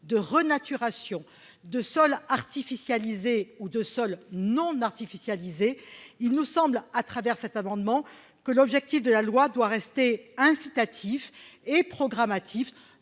de renaturation de sols artificialisés ou de non artificialiser. Il nous semble, à travers cet amendement que l'objectif de la loi doit rester incitatif et programmatique.